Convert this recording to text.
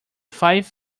five